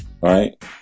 right